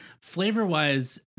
Flavor-wise